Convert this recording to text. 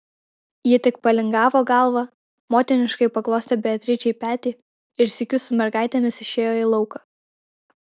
ji tik palingavo galvą motiniškai paglostė beatričei petį ir sykiu su mergaitėmis išėjo į lauką